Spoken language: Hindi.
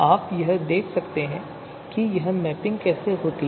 आप यह भी देख सकते हैं कि मैपिंग कैसे होती है